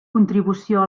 contribució